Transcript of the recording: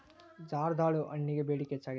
ಜರ್ದಾಳು ಹಣ್ಣಗೆ ಬೇಡಿಕೆ ಹೆಚ್ಚಾಗಿದೆ